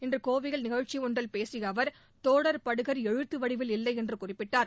இன்று கோவையில் நிகழ்ச்சி ஒன்றில் பேசிய அவர் தோடர் படுகர் எழுத்து வடிவில் இல்லை என்று குறிப்பிட்டார்